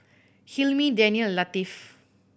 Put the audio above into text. Hilmi Danial and Latif